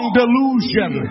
delusion